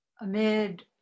amid